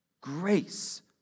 grace